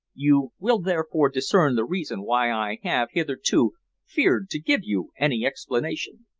you will therefore discern the reason why i have hitherto feared to give you any explanation.